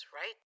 right